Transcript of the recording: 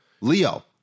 Leo